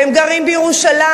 הם גרים בירושלים,